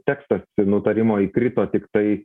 tekstas nutarimo įkrito tiktai